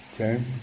Okay